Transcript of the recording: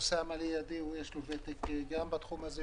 ח"כ אוסאמה ליידי, יש לו ותק רב ממני בתחום הזה,